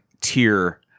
tier